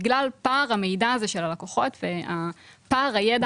בגלל פער המידע הזה של הלקוחות ופער הידע